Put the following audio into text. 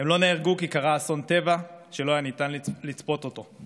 הם לא נהרגו כי קרה אסון טבע שלא ניתן היה לצפות אותו,